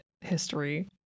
history